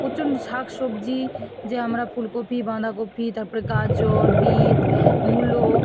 প্রচণ্ড শাক সবজি যে আমরা ফুলকপি বাঁধাকপি তারপরে গাজর বিট মুলো